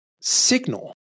signal